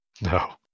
No